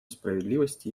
справедливости